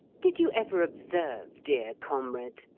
did you ever observe, dear comrade,